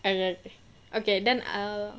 okay okay okay then err